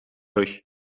rug